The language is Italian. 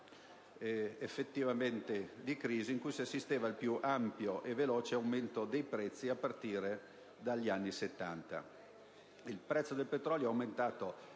effettivamente di crisi, nel quale si assisteva al più ampio e veloce aumento dei prezzi a partire dagli anni Settanta. Il prezzo del petrolio era aumentato